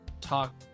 talk